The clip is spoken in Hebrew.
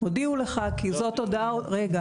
הודיעו לך כי זאת הודעה רגע,